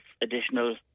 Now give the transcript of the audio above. additional